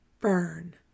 burn